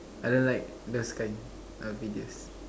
I don't like those kind of videos